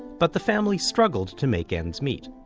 but the family struggled to make ends meet.